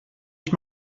ich